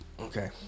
Okay